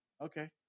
okay